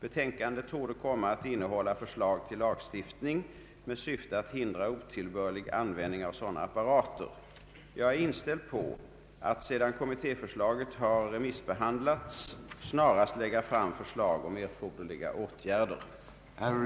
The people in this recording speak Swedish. Betänkandet torde komma att innehålla förslag till lagstiftning med syfte att hindra otillbörlig använd ning av sådana apparater. Jag är inställd på att, sedan kommittéförslaget har remissbehandlats, snarast lägga fram förslag om erforderliga åtgärder.